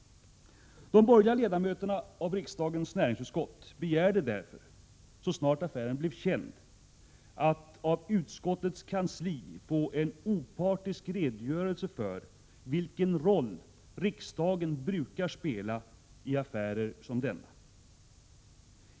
De borgerliga ledamöterna av riksdagens näringsutskott begärde, så snart affären blev känd, att av utskottets kansli få en opartisk redogörelse för vilken roll riksdagen brukar spela i affärer som denna.